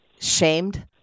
shamed